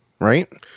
right